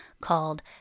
called